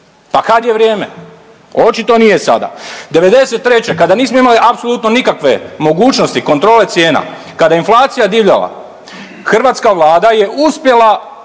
pa kad je vrijeme, očito nije sada. '93. kada nismo imali apsolutno nikakve mogućnosti kontrole cijena, kada je inflacija divljala hrvatska Vlada je uspjela